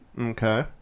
Okay